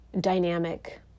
dynamic